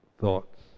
thoughts